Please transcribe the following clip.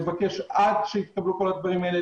עד שיתקבלו כל הדברים האלה,